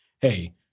hey